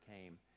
came